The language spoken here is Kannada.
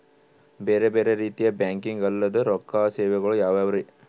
ಬೇರೆ ಬೇರೆ ರೀತಿಯ ಬ್ಯಾಂಕಿಂಗ್ ಅಲ್ಲದ ರೊಕ್ಕ ಸೇವೆಗಳು ಯಾವ್ಯಾವ್ರಿ?